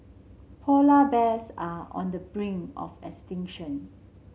polar bears are on the brink of extinction